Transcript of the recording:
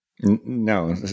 No